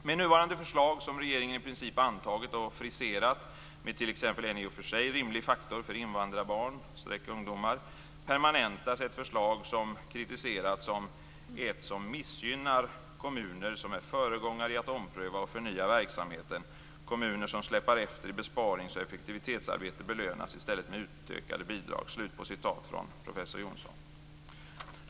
Med nuvarande förslag, som regeringen i princip antagit och friserat med t.ex. en i och för sig rimlig faktor för invandrarbarn/ungdomar, permanentas ett förslag som med professor Jonssons ord kritiserats som ett förslag som missgynnar kommuner som är föregångare i att ompröva och förnya verksamheten. Kommuner som släpar efter i besparings och effektivitetsarbetet belönas i stället med utökade bidrag.